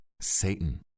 Satan